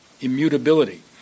immutability